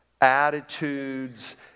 attitudes